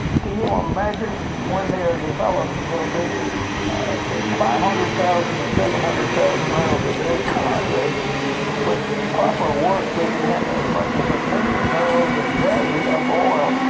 can you imagine when they are developed, they will be this five hundred thousand to seven hundred barrels a day currently with the proper work they could have as much as a million barrels a day of oil,